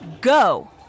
go